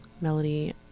Melody